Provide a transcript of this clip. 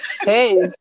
Hey